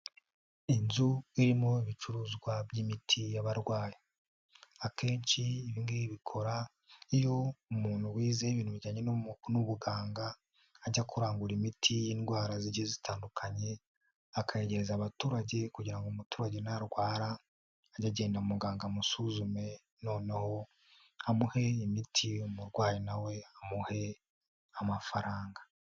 Inzu irimo ibicuruzwa by'imiti y'abarwayi. Akenshi ibi ngibi bikora iyo umuntu wize ibintu bijyanye n'ubuganga. Ajya kurangura imiti y'indwara zigiye zitandukanye akayegereza abaturage kugira ngo umuturage narwara ajye agenda muganga amusuzume noneho amuhe imiti y'umurwayi nawe amuhe amafaranga.